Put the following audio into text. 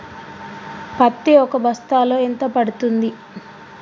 పత్తి ఒక బస్తాలో ఎంత పడ్తుంది?